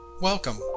Welcome